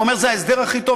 ואומר: זה ההסדר הכי טוב,